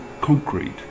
concrete